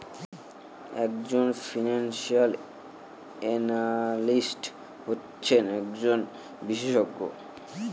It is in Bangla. এক জন ফিনান্সিয়াল এনালিস্ট হচ্ছেন একজন বিশেষজ্ঞ